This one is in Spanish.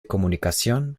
comunicación